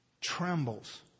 trembles